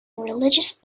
religious